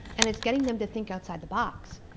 and it's getting them to think outside the box,